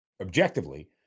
objectively